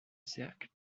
cercle